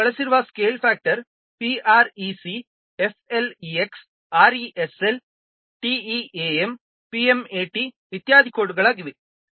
ನಾವು ಇಲ್ಲಿ ಬಳಸಿರುವ ಸ್ಕೇಲ್ ಫ್ಯಾಕ್ಟರ್ಗಳು PREC FLEX RESL TEAM PMAT ಇತ್ಯಾದಿ ಕೋಡ್ಗಳಾಗಿವೆ